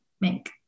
make